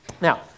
Now